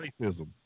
racism